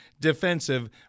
defensive